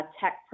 tech